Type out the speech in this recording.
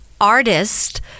artist